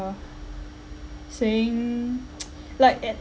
saying like at